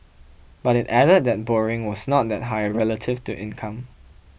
but it added that borrowing was not that high relative to income